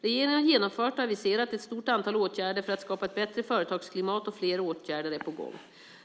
Regeringen har genomfört och aviserat ett stort antal åtgärder för att skapa ett bättre företagsklimat, och fler åtgärder är på gång.